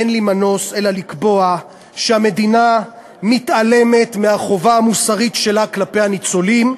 ואין מנוס מלקבוע שהמדינה מתעלמת מהחובה המוסרית שלה כלפי הניצולים,